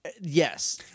yes